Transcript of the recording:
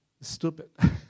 stupid